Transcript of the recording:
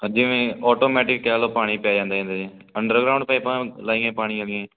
ਆ ਜਿਵੇਂ ਓਟੋਮੈਟਿਕ ਕਹਿ ਲਓ ਪਾਣੀ ਪੈ ਜਾਂਦਾ ਇਹਦੇ ਅੰਡਰਗਰਾਊਡ ਪਾਈਪਾਂ ਲਾਈਆਂ ਪਾਣੀ ਵਾਲੀਆਂ